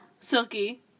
silky